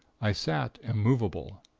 i sat immovable.